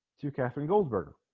to katherine goldberger